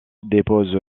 dépose